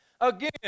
Again